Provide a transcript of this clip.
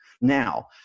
Now